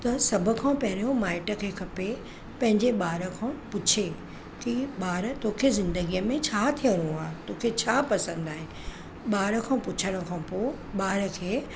त सभु खां पहिरियों माइट खे खपे पंहिंजे ॿार खों पुछे की ॿारु तोखे ज़िंदगीअ में छा थियणो आहे छा पसंदि आहे ॿार खां पुछण खां पोइ ॿार खे